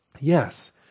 yes